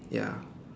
ya